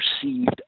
perceived